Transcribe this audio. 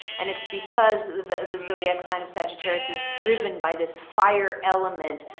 and it's because the the zodiac sign of sagittarius is driven by this fire element.